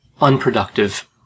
unproductive